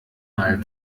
mal